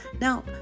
Now